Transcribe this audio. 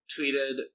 tweeted